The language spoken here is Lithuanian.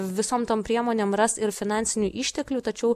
visom tom priemonėm ras ir finansinių išteklių tačiau